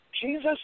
Jesus